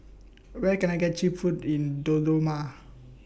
Where Can I get Cheap Food in Dodoma